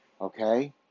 Okay